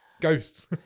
Ghosts